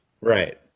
Right